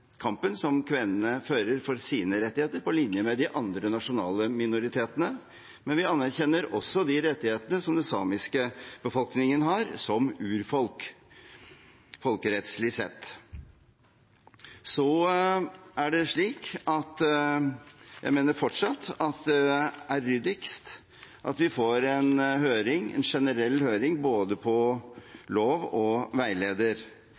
kampen som kvenene fører for sine rettigheter, på linje med de andre nasjonale minoritetene. Men vi anerkjenner også de rettighetene som den samiske befolkningen har som urfolk, folkerettslig sett. Jeg mener fortsatt at det er ryddigst at vi får en generell høring, både om lov og veileder.